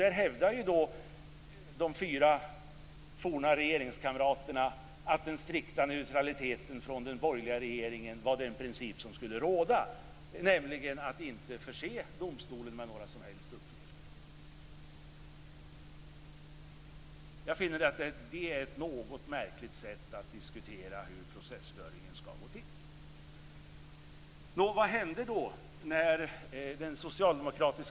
Då hävdar de fyra forna regeringskamraterna att den strikta neutraliteten från den borgerliga regeringen var den princip som skulle råda, nämligen att inte förse domstolen med några som helst uppgifter. Jag finner att detta är ett något märkligt sätt att diskutera hur processföringen skall gå till.